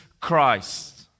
Christ